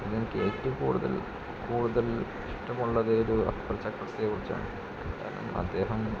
അതിലെനിക്ക് ഏറ്റവും കൂടുതൽ കൂടുതൽ ഇഷ്ടമുള്ളത് അക്ബർ ചക്രവർത്തിയെ കുറിച്ചാണ് കാരണം അദ്ദേഹം